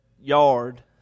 yard